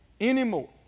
anymore